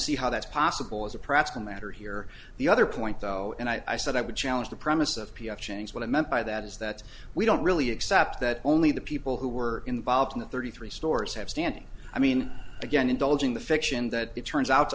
see how that's possible as a practical matter here the other point though and i said i would challenge the premise of p f chang's what i meant by that is that we don't really accept that only the people who were involved in the thirty three stores have standing i mean again indulging the fiction that it turns out to